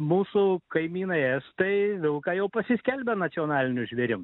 mūsų kaimynai estai vilką jau pasiskelbė nacionaliniu žvėrim